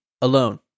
alone